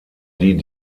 die